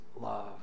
love